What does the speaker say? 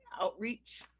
outreach